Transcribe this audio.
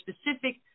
specific